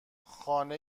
خانه